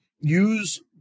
use